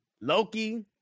Loki